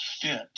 fit